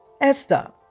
Esther